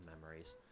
memories